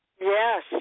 Yes